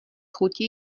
chutí